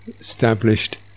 established